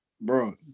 Bro